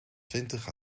twintig